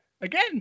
Again